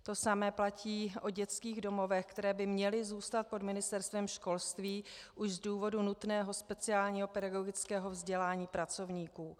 To samé platí o dětských domovech, které by měly zůstat pod Ministerstvem školství už z důvodu nutného speciálního pedagogického vzdělání pracovníků.